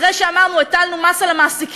אחרי שהטלנו מס על המעסיקים,